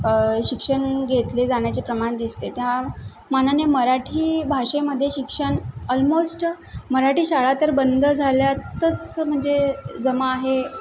शिक्षण घेतले जाण्याचे प्रमाण दिसते त्या मानाने मराठी भाषेमध्ये शिक्षण ऑलमोस्ट मराठी शाळा तर बंद झाल्यातच म्हणजे जमा आहे